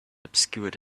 obscured